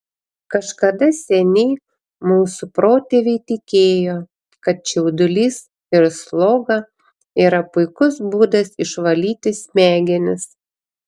kažkada seniai mūsų protėviai tikėjo kad čiaudulys ir sloga yra puikus būdas išvalyti smegenis